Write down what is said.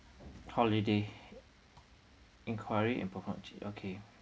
holiday enquiry in perform change okay